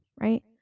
right